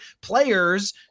players